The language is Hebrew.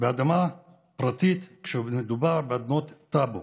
באדמה פרטית, כשמדובר באדמות טאבו,